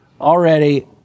already